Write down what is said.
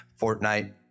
Fortnite